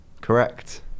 Correct